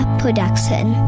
production